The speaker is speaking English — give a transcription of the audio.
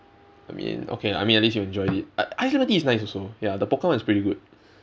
I mean okay I mean at least you enjoyed it i~ ice lemon tea is nice also ya the pokka one is pretty good